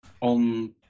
on